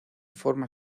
forma